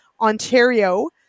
Ontario